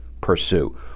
pursue